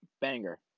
banger